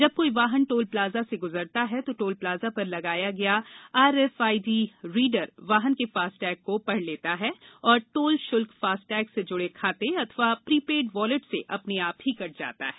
जब कोई वाहन टोल प्लाजा से गुजरता है तो टोल प्लाजा पर लगाया गया R F I D reader वाहन के फास्टैग को पढ़ लेता है और टोल शुल्क फास्टैग से जुड़े खाते अथवा प्रीपेड वॉलेट से अपने आप ही कट जाता है